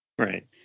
right